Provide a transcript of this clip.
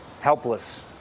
helpless